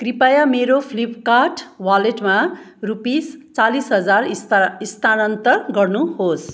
कृपया मेरो फ्लिपकार्ट वालेटमा रुपिस चालिस हजार स्थानान्तर गर्नुहोस्